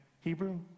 Hebrew